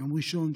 ביום ראשון,